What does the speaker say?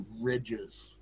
ridges